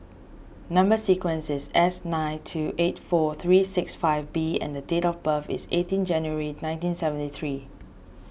Number Sequence is S nine two eight four three six five B and the date of birth is eighteen January nineteen seventy three